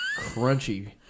crunchy